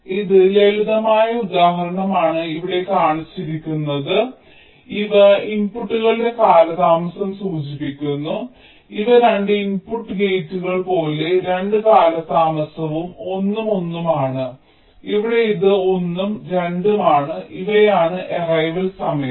ഇത് ലളിതമായ ഉദാഹരണമാണ് ഇവിടെ കാണിച്ചിരിക്കുന്നത് ഇവ ഇൻപുട്ടുകളുടെ കാലതാമസം സൂചിപ്പിക്കുന്നു ഇവ 2 ഇൻപുട്ട് ഗേറ്റുകൾ പോലെ രണ്ട് കാലതാമസവും 1 ഉം 1 ഉം ആണ് ഇവിടെ ഇത് 1 ഉം 2 ഉം ആണ് ഇവയാണ് അറൈവൽ സമയം